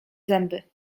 zęby